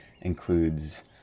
includes